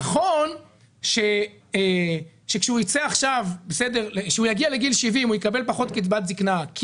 נכון שכשהוא יגיע לגיל 70 הוא יקבל פחות קצבת זקנה כי